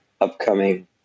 upcoming